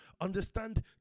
understand